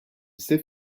ise